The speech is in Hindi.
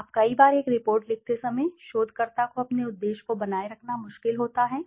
अब कई बार एक रिपोर्ट लिखते समय शोधकर्ता को अपने उद्देश्य को बनाए रखना मुश्किल होता है